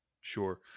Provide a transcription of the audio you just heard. sure